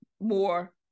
more